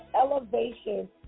elevation